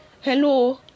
Hello